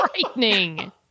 frightening